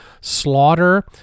slaughter